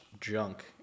junk